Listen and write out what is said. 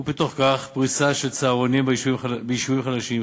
ובתוך כך פריסה של צהרונים ביישובים חלשים,